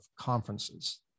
conferences